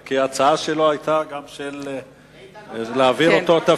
כי ההצעה שלו היתה גם להעביר אותו תפקיד,